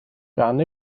gan